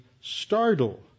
startle